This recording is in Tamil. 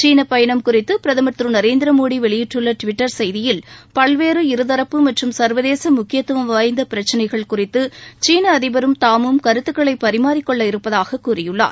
சீன பயணம் குறித்து பிரதமர் திரு நரேந்திரமோடி வெளியிட்டுள்ள டுவிட்டர் செய்தியில் பல்வேறு இருதரப்பு மற்றும் சா்வதேச முக்கியத்துவம் வாய்ந்த பிரச்சினைகள் குறித்து சீன அதிபரும் தாமும் கருத்துக்களை பரிமாறிக் கொள்ள இருப்பதாகக் கூறியுள்ளார்